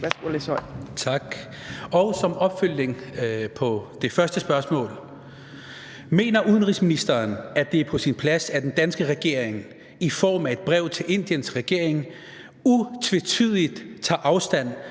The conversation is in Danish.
Siddique (UFG): Tak. Og som opfølgning på det første spørgsmål: Mener udenrigsministeren, at det er på sin plads, at den danske regering i form af et brev til Indiens regering utvetydigt tager afstand